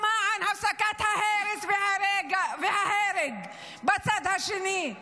למען הפסקת ההרס וההרג בצד השני,